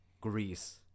Greece